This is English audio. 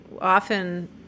often